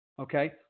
Okay